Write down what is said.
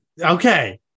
Okay